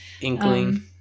Inkling